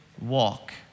walk